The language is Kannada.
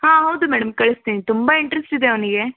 ಹಾಂ ಹೌದು ಮೆಡಮ್ ಕಳಿಸ್ತೀನಿ ತುಂಬ ಇಂಟ್ರೆಸ್ಟಿದೆ ಅವನಿಗೆ